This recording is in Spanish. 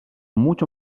mucho